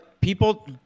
people